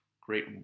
great